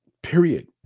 period